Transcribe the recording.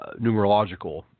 numerological